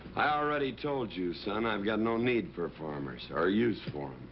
already told you, son, i've got no need for farmers. or use for em.